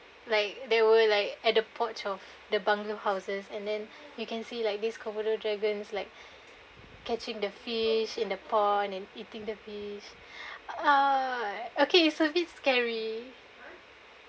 like there were like at the porch of the bungalow houses and then you can see like these komodo dragons like catching the fish in the pond and eating the fish uh okay it's a bit scary